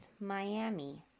Miami